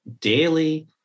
daily